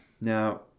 Now